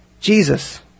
Jesus